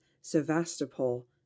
Sevastopol